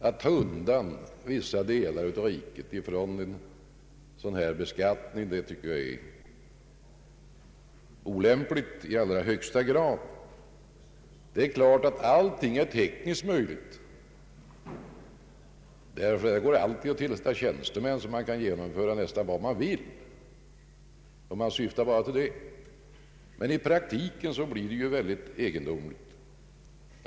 Att ta undan vissa delar av riket från sådan här beskattning är olämpligt i allra högsta grad. Det är naturligtvis tekniskt möjligt — det går att tillsätta tjänstemän så att man kan genomföra nästan vad man vill, om man syftar bara till det. Men i praktiken skulle det bli mycket egendomligt.